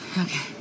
Okay